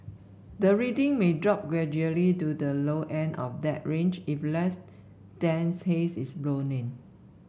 the reading may drop gradually to the low end of that range if less dense haze is blown in